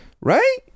right